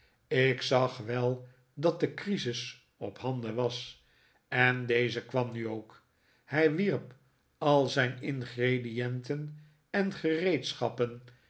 ik zag wel dat de crisis ophanden was en deze kwam nu ook hij wierp al zijn ingredienten en gereedschappen